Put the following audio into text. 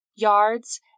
Yards